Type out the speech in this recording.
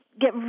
get